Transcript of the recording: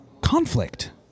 conflict